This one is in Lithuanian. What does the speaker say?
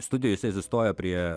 studijoj jisai atsistoja prie